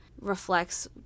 reflects